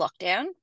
lockdown